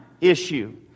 issue